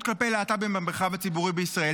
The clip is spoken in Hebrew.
כלפי להט"בים במרחב הציבורי בישראל,